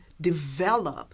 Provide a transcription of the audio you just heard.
develop